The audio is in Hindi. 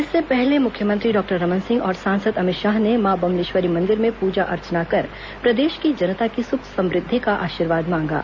इससे पहले मुख्यमंत्री डॉक्टर रमन सिंह और सांसद अमित शाह ने मां बम्लेश्वरी मंदिर में पूजा अर्चना कर प्रदेश की जनता की सुख समृद्वि का आशीर्वाद मांगा